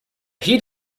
heat